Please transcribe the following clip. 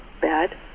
bad